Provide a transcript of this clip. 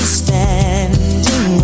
standing